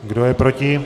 Kdo je proti?